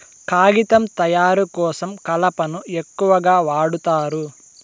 కాగితం తయారు కోసం కలపను ఎక్కువగా వాడుతారు